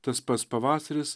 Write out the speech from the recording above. tas pats pavasaris